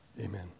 Amen